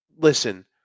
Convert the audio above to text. Listen